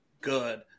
good